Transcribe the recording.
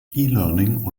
learning